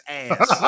ass